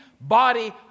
body